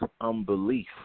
unbelief